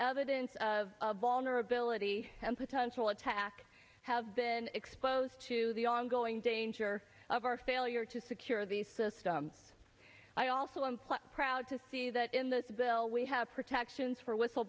evidence of vulnerability and potential attack have been exposed to the ongoing danger of our failure to secure the system i also am proud to see that in this bill we have protections for whistle